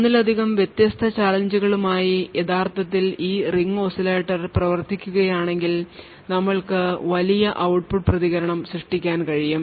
ഒന്നിലധികം വ്യത്യസ്ത ചാലഞ്ച്കളുമായി യഥാർത്ഥത്തിൽ ഈ റിംഗ് ഓസിലേറ്റർ പ്രവർത്തിപ്പിക്കുകയാണെങ്കിൽ നമ്മൾക്കു വലിയ ഔട്ട്പുട്ട് പ്രതികരണം സൃഷ്ടിക്കാൻ കഴിയും